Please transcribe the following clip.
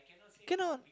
cannot